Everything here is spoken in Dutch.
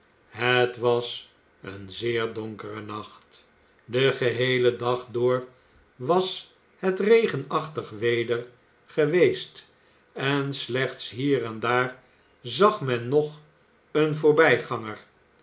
het was een zeer donkere nacht den geheelen dag door was het regenachtig weder geweest en slechts hier en daar zag men nog een voorbijganger